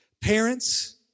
Parents